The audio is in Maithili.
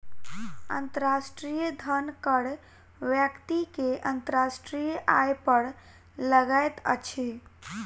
अंतर्राष्ट्रीय धन कर व्यक्ति के अंतर्राष्ट्रीय आय पर लगैत अछि